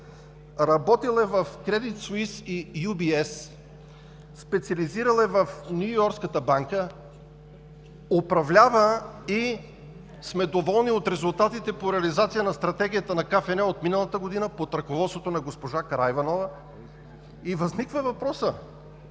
работил е в „Кредит суис“ и Ю Би Ес; специализирал е в Нюйоркската банка; управлява и сме доволни от резултатите по реализация на Стратегията на КФН от миналата година под ръководството на госпожа Караиванова. Възниква въпросът: